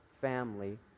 family